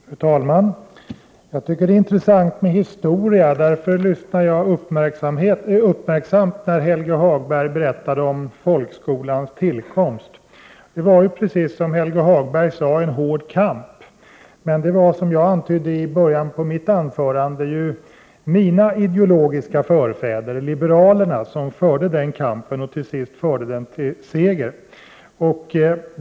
Fru talman! Jag tycker att det är intressant med historia, och därför lyssnade jag uppmärksamt när Helge Hagberg berättade om folkskolans tillkomst. Det var precis som Helge Hagberg sade en hård kamp. Som jag antydde i början av mitt anförande var det mina ideologiska förfäder, liberalerna, som förde den kampen och till sist förde den till seger.